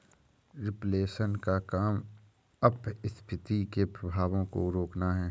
reflation का काम अपस्फीति के प्रभावों को रोकना है